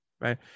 Right